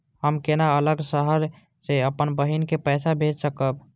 हम केना अलग शहर से अपन बहिन के पैसा भेज सकब?